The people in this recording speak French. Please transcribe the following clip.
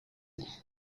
goûts